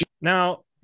now